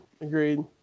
Agreed